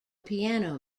piano